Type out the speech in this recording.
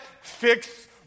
fix